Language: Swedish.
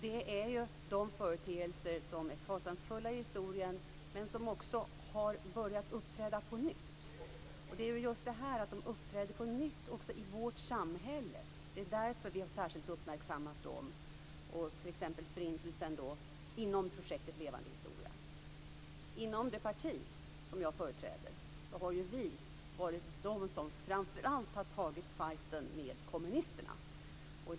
Det gäller de företeelser som är fasansfulla i historien men som också har börjat uppträda på nytt. Det är just därför att de på nytt uppträder, också i vårt samhälle, som vi särskilt har uppmärksammat dem, t.ex. Förintelsen inom projektet Levande historia. Vi i det parti som jag företräder har varit de som framför allt har tagit fighten med kommunisterna.